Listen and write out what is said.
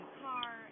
car